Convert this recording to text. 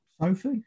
Sophie